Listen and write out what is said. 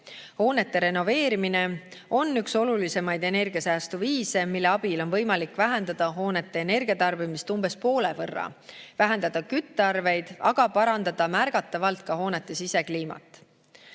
Hoonete renoveerimine on üks olulisimaid energiasäästu viise, mille abil on võimalik vähendada hoonete energiatarbimist umbes poole võrra, vähendada küttearveid ja parandada märgatavalt ka hoonete sisekliimat.